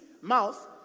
mouth